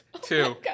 two